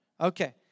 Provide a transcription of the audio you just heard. Okay